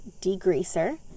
degreaser